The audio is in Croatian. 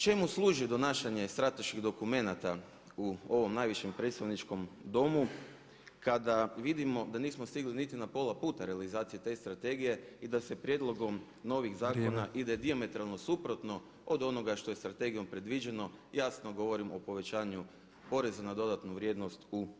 Čemu služi donašanje strateških dokumenata u ovom najvišem predstavničkom Domu kada vidimo da nismo stigli niti na pola puta realizacije te strategije i da se prijedlogom novih zakona ide dijametralno suprotno [[Upadica predsjednik: Vrijeme.]] od onoga što je strategijom predviđeno jasno govorim o povećanju poreza na dodanu vrijednost u turizmu.